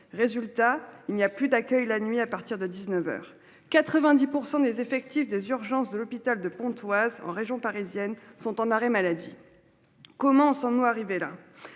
il n'y a plus d'accueil la nuit à partir de 19h 90% des effectifs des urgences de l'hôpital de Pontoise, en région parisienne sont en arrêt maladie. Commence en arriver là.